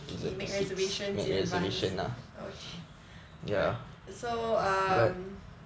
okay make reservations in advance okay so um